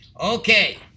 Okay